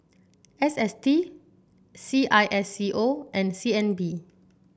S S T C I S C O and C N B